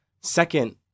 second